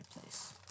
place